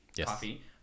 coffee